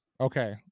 okay